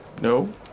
no